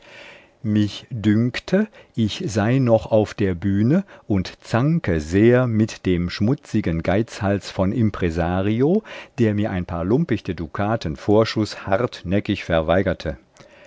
mich dünkte ich sei noch auf der bühne und zanke sehr mit dem schmutzigen geizhals von impresario der mir ein paar lumpichte dukaten vorschuß hartnäckig verweigerte